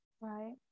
Right